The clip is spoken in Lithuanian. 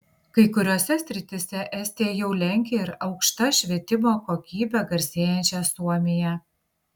kai kuriose srityse estija jau lenkia ir aukšta švietimo kokybe garsėjančią suomiją